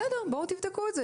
בסדר, תבדקו את זה.